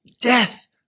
death